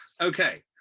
Okay